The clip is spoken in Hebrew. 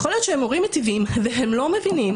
יכול להיות שהם הורים מיטיבים והם לא מבינים